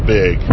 big